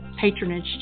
patronage